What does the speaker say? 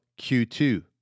Q2